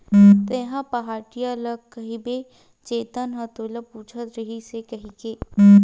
तेंहा पहाटिया ल कहिबे चेतन ह तोला पूछत रहिस हे कहिके